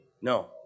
no